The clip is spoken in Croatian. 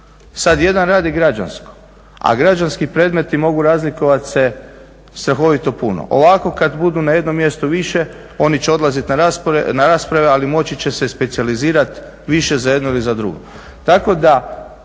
Sada jedan radi građansko a građanski predmeti mogu razlikovati se strahovito puno. Ovako kada budu na jednom mjestu više oni će odlaziti na rasprave ali moći će se specijalizirati više za jedno ili za drugo.